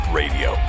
radio